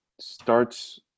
starts